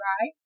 right